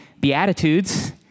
Beatitudes